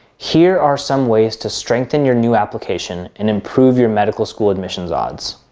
here are some ways to strengthen your new application and improve your medical school admissions odds.